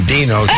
Dino